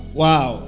wow